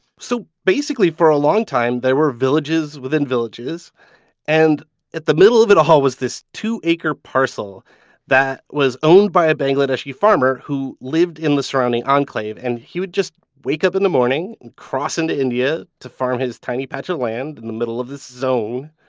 so basically for a long time, there were villages within villages and at the middle of it all was this two-acre parcel that was owned by a bangladeshi farmer who lived in the surrounding enclave. and he would just wake up in the morning and cross into india to farm his tiny patch of land in the middle of this zone.